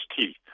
teeth